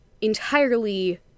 entirely